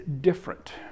different